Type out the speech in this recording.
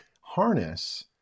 harness